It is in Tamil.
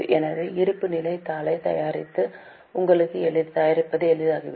எனவே இருப்புநிலைத் தாளைத் தயாரிப்பது உங்களுக்கு எளிதாகிவிடும்